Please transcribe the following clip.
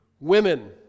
women